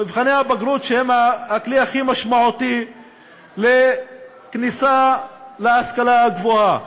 מבחני הבגרות שהם הכלי הכי משמעותי לכניסה להשכלה הגבוהה.